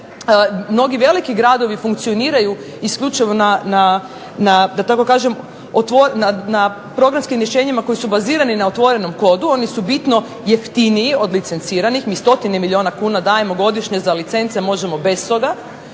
mnogi veliki gradovi funkcioniraju isključivo na da tako kažem na programskim rješenjima koji su bazirani na otvorenom kodu, oni su bitno jeftiniji od licenciranih. Mi stotine milijuna kuna godišnje dajemo za licence, možemo bez toga.